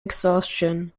exhaustion